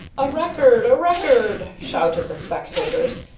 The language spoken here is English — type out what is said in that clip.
a record! a record! shouted the spectators,